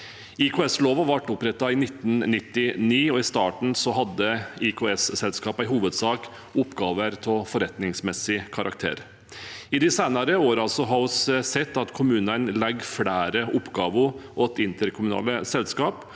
IKS-loven ble opprettet i 1999, og i starten hadde IKS-selskapene i hovedsak oppgaver av forretningsmessig karakter. I de senere årene har vi sett at kommunene legger flere oppgaver til interkommunale selskap,